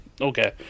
Okay